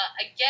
again